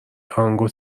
تانگو